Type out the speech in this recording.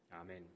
amen